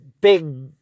big